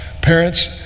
parents